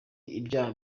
ibyaha